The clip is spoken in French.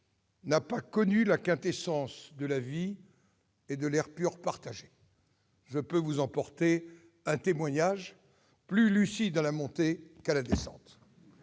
n'a pas connu la quintessence de la vie et de l'air pur partagé. Je vous en apporte le témoignage, j'étais plus lucide à la montée qu'à la descente